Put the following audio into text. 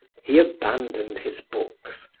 he abandoned his books,